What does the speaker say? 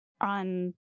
on